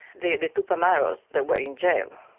the the tupamaros, that were in jail,